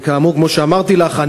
כמו שאמרתי לך,